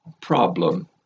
problem